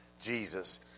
Jesus